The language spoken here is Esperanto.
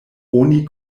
oni